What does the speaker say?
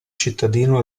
cittadino